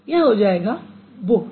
यह हो जाएगा बुक्ड